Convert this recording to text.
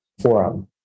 forum